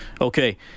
okay